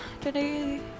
today